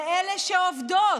לאלה שעובדות.